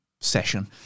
session